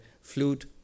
flute